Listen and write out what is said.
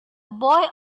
boy